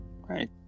right